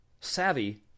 savvy